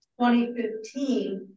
2015